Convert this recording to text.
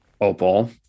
Opal